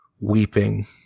weeping